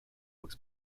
books